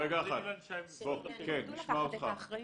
אילן שי, משרד החינוך.